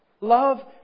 Love